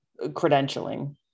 credentialing